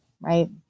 right